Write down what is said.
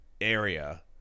area